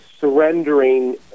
surrendering